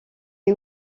est